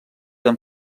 amb